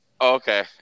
okay